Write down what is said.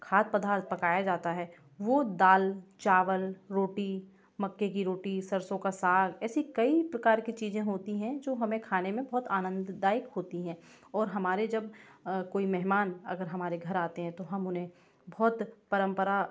खाद्य पधार्थ पकाया जाता है वो दाल चावल रोटी मक्के की रोटी सरसों का साग ऐसी कई प्रकार की चीज़ें होती हैं जो हमें खाने में बहुत आनंददायक होती हैं और हमारे जब कोई मेहमान अगर हमारे घर आते हैं तो हम उन्हें बहुत परंपरा